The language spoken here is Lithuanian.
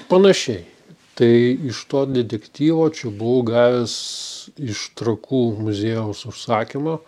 panašiai tai iš to detektyvo čia buvau gavęs iš trakų muziejaus užsakymą